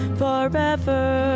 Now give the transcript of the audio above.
forever